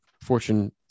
Fortune